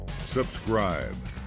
subscribe